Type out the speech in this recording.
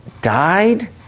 died